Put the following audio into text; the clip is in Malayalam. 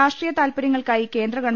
രാഷ്ട്രീയ താൽപര്യങ്ങൾക്കായി കേന്ദ്ര ഗവ